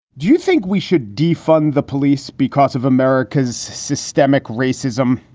you think we should defund the police because of america's systemic racism,